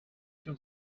się